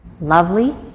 lovely